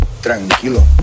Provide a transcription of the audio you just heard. tranquilo